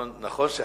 נכון ש"חמאס"